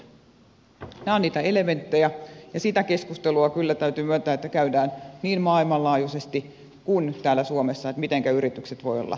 nämä ovat niitä elementtejä ja kyllä täytyy myöntää että sitä keskustelua käydään niin maailmanlaajuisesti kun täällä suomessa mitenkä yritykset voivat olla paremmin mukana